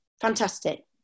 fantastic